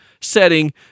setting